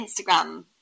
Instagram